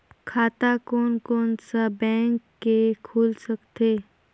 खाता कोन कोन सा बैंक के खुल सकथे?